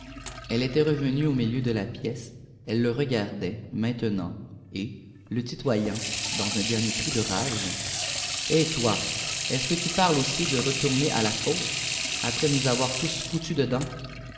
elle était revenue au milieu de la pièce elle le regardait maintenant et le tutoyant dans un dernier cri de rage et toi est-ce que tu parles aussi de retourner à la fosse après nous avoir tous foutus dedans